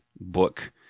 book